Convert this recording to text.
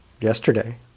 yesterday